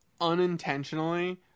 unintentionally